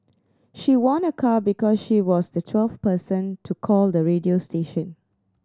she won a car because she was the twelfth person to call the radio station